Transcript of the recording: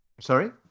Sorry